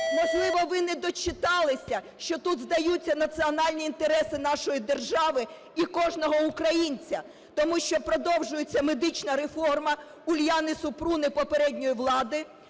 Можливо, ви не дочитали, що тут здаються національні інтереси нашої держави і кожного українця, тому що продовжується медична реформа Уляни Супрун і попередньої влади,